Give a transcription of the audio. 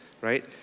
right